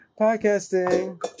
Podcasting